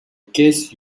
guess